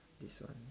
this one